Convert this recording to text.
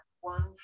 one